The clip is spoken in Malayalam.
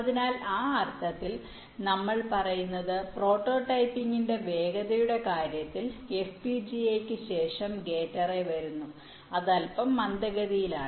അതിനാൽ ആ അർത്ഥത്തിൽ നമ്മൾ പറയുന്നത് പ്രോട്ടോടൈപ്പിംഗിന്റെ വേഗതയുടെ കാര്യത്തിൽ FPGA യ്ക്ക് ശേഷം ഗേറ്റ് അറേ വരുന്നു അത് അൽപ്പം മന്ദഗതിയിലാണ്